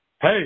Hey